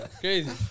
crazy